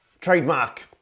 Trademark